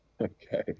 Okay